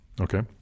Okay